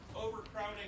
overcrowding